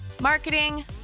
marketing